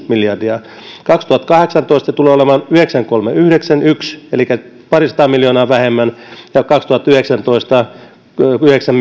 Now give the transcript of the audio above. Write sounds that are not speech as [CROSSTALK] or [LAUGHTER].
miljardia kaksituhattakahdeksantoista se tulee olemaan yhdeksän pilkku kolmesataayhdeksänkymmentäyksi elikkä parisataa miljoonaa vähemmän ja kaksituhattayhdeksäntoista se on yhdeksän [UNINTELLIGIBLE]